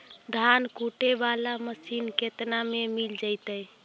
धान कुटे बाला मशीन केतना में मिल जइतै?